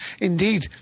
Indeed